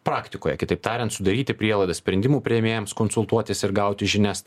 praktikoje kitaip tariant sudaryti prielaidas sprendimų priėmėjams konsultuotis ir gauti žinias